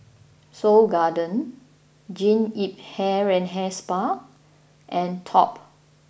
Seoul Garden Jean Yip Hair and Hair Spa and Top